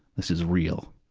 this is real.